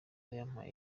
yampaye